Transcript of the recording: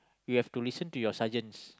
you have to listen to your sergeants